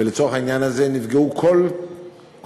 לצורך העניין הזה נפגעו כל המוסדות,